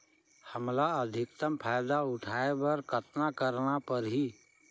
हमला अधिकतम फायदा उठाय बर कतना करना परही?